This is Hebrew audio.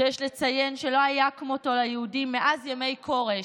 שיש לציין שלא היה כמותו ליהודים מאז ימי כורש,